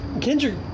Kendrick